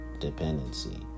dependency